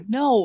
no